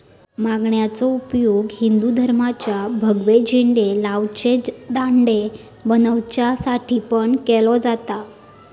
माणग्याचो उपयोग हिंदू धर्माचे भगवे झेंडे लावचे दांडे बनवच्यासाठी पण केलो जाता